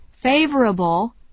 favorable